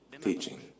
teaching